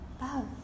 love